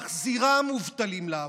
מחזירה מובטלים לעבודה,